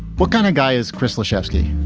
what kind of guy is crystal chayefsky?